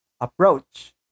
approach